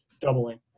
doubling